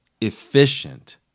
efficient